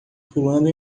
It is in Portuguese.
pulando